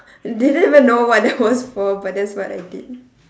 didn't even know what that was for but that's what I did